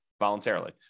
voluntarily